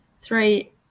three